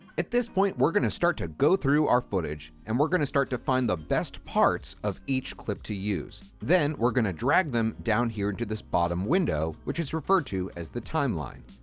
at this point, we're going to start to go through our footage and we're going to start to find the best parts of each clip to use. then we're going to drag them down here into this bottom window which is referred to as the timeline.